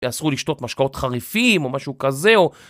ואסור לשתות משקאות חריפים, או משהו כזה, או...